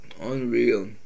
Unreal